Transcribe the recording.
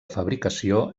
fabricació